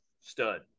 stud